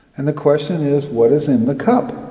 and the question is, what is in the cup?